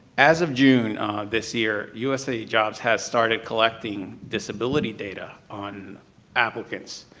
as of june this year, usajobs has started collecting disability data on applicants,